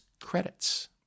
credits